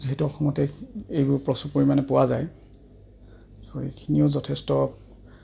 যিহেতু অসমতে এইবোৰ প্ৰচুৰ পৰিমাণে পোৱা যায় চ' এইখিনিও যথেষ্ট